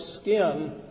skin